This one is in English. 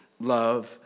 love